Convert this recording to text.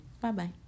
Bye-bye